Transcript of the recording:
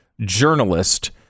journalist